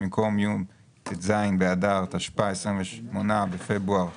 במקום "יום ט"ז באדר התשפ"א (28 בפברואר 2021)"